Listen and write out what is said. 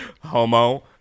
Homo